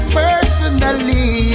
personally